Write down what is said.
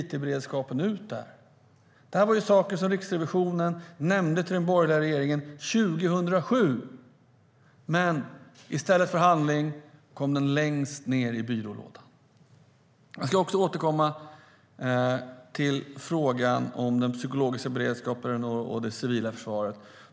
Det här är sådant Riksrevisionen nämnde för den borgerliga regeringen 2007, men i stället för att leda till handling hamnade det längst ned i byrålådan. Jag ska även återkomma till frågan om den psykologiska beredskapen och det civila försvaret.